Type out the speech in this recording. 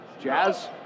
Jazz